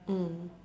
mm